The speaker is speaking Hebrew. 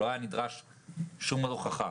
לא הייתה נדרשת שום הוכחה.